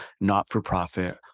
not-for-profit